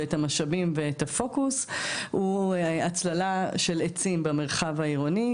את המשאבים ואת הפוקוס הוא הצללה של עצים במרחב העירוני,